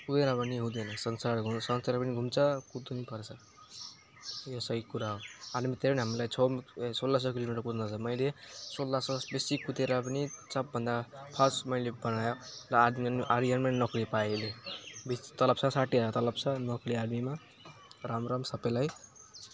कुदेन भने हुँदैन संसार घुम् संसार पनि घुम्छ कुद्नु नि पर्छ यो सही कुरा हो आर्मीतिर नि हामीलाई छ मि ए सोह्र सय किलोमिटर कुद्न छ मैले सोह्र सय बेसी कुदेर पनि सबभन्दा फर्स्ट मैले बनायो र आर्मीमा आर्मीमा नौकरी पाएँ अहिले बेसी तलब छ साठी हजार तलब छ नौकरी आर्मीमा राम राम सबैलाई